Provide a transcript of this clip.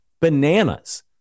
bananas